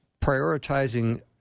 prioritizing